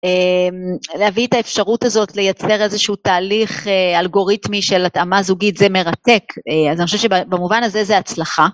אמ... להביא את האפשרות הזאת לייצר איזשהו תהליך אה... אלגוריתמי של התאמה זוגית, זה מרתק. א-אז אני חושבת שבמובן הזה זה הצלחה.